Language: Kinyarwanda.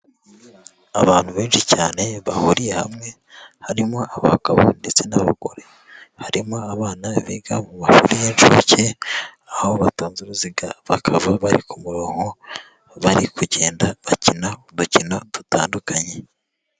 Abantu benshi cyane bahuriye hamwe harimo abagabo ndetse n'abagore, harimo abana biga mu mashuri y'incuke, aho batonze uruziga bakaba bari ku muronko bari kugenda bakina udukino dutandukanye.